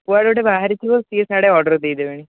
କୁଆଡ଼େ ଗୋଟେ ବାହାରିଥିବ ସିଏ ସିଆଡ଼େ ଅର୍ଡ଼ର୍ ଦେଇ ଦେବେଣି